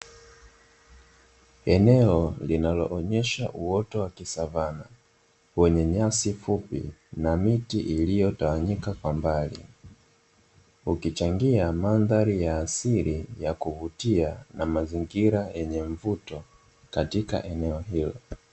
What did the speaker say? Eneo linaloonyesha uoto wa kisavana wenye nyasi fupi na miti, iliyotawanyika kwa mbali ukichangia mandhari ya asili ya kuvutia na mazingira yenye mvuto katika eneo hilo.